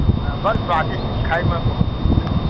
हुँ आ बड़ सुआदिष्ट खाएमे बहुत नीक लगैए